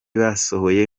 basohoye